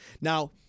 Now